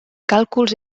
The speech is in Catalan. càlculs